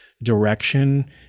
direction